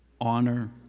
Honor